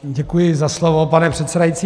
Děkuji za slovo, pane předsedající.